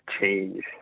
change